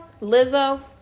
lizzo